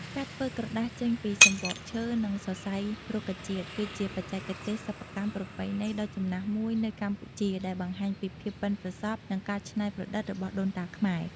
ការធ្វើក្រដាសចេញពីសំបកឈើ និងសរសៃរុក្ខជាតិ គឺជាបច្ចេកទេសសិប្បកម្មប្រពៃណីដ៏ចំណាស់មួយនៅកម្ពុជា ដែលបង្ហាញពីភាពប៉ិនប្រសប់ និងការច្នៃប្រឌិតរបស់ដូនតាខ្មែរ។